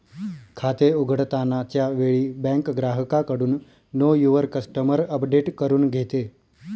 खाते उघडताना च्या वेळी बँक ग्राहकाकडून नो युवर कस्टमर अपडेट करून घेते